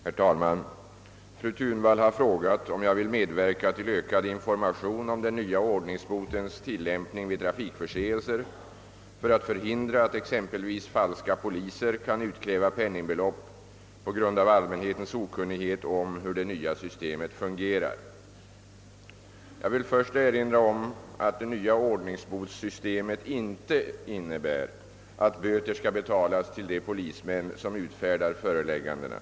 Herr talman! Fru Thunvall har frågat, om jag vill medverka till ökad information om den nya ordningsbotens tillämpning vid trafikförseelser för att förhindra att exempelvis falska poliser kan utkräva penningbelopp på grund av allmänhetens okunnighet om hur det nya systemet fungerar. Jag vill först erinra om att det nya ordningsbotssystemet inte innebär att böter skall betalas till de polismän som utfärdar föreläggandena.